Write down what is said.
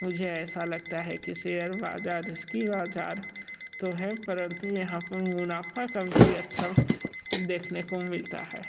मुझे ऐसा लगता कि शेयर बाज़ार रिस्की बाज़ार तो है परंतु यहाँ पर मुनाफ़ा कभी अच्छा देखने को मिलता है